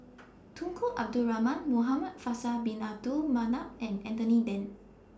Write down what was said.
Tunku Abdul Rahman Muhamad Faisal Bin Abdul Manap and Anthony Then